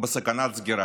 בסכנת סגירה,